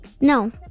No